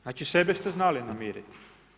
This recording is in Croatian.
Znači, sebe ste znali namiriti.